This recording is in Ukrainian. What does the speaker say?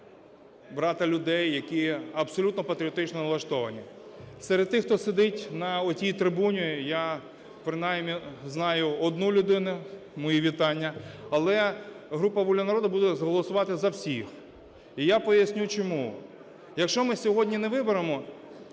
брати людей, які абсолютно патріотично налаштовані. Серед тих, хто сидить на отій трибуні, я принаймні знаю одну людину, мої вітання. Але група "Воля народу" буде голосувати за всіх, і я поясню чому. Якщо ми сьогодні не виберемо